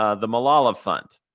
ah the malala fund.